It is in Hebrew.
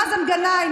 מאזן גנאים,